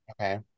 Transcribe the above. Okay